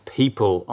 people